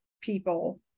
people